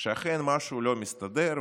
שאכן משהו לא מסתדר,